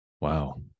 wow